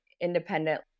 independent